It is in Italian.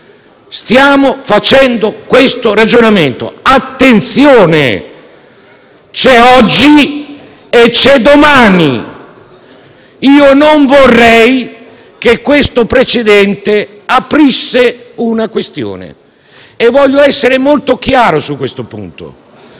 Stiamo facendo questo ragionamento. Attenzione, c'è oggi e c'è domani, io non vorrei che questo precedente aprisse una questione. Voglio essere molto chiaro su questo punto: